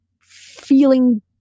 feeling